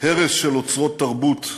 הרס של אוצרות תרבות,